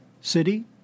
city